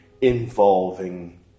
involving